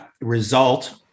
result